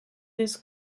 this